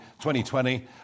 2020